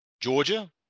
georgia